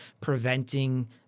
preventing